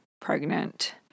pregnant